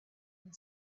and